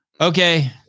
okay